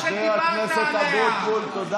חבר הכנסת אבוטבול, תודה